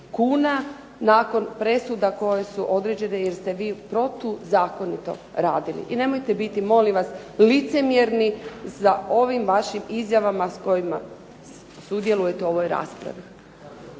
kuna nakon presuda koje su određene, jer ste vi protuzakonito radili. I nemojte biti molim vas licemjerni sa ovim vašim izjavama s kojima sudjelujete u ovoj raspravi.